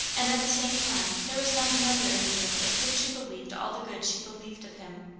and at the same time there was not another in the world of whom she believed all the good she believed of him.